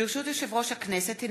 יושב-ראש הכנסת,